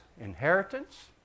inheritance